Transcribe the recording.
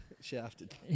shafted